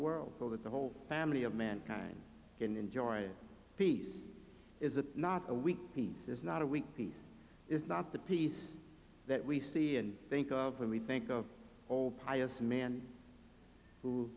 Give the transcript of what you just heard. for the whole family of mankind can enjoy peace is a not a week peace is not a week peace is not the peace that we see and think of when we think of all pious man who